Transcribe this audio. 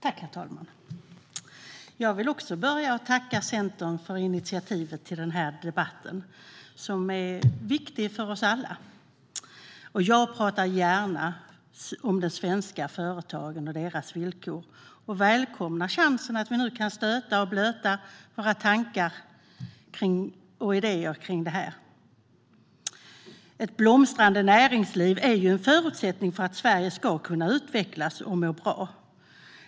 Herr talman! Också jag vill börja med att tacka Centern för initiativet till debatten, som är viktig för oss alla. Jag talar gärna om de svenska företagen och deras villkor, och jag välkomnar chansen att nu stöta och blöta våra tankar och idéer om detta. Ett blomstrande näringsliv är en förutsättning för att Sverige ska utvecklas och må bra.